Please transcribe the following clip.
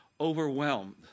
overwhelmed